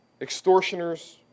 extortioners